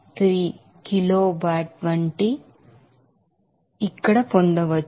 3 kilowatt వంటి ఇక్కడ పొందవచ్చు